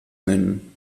nennen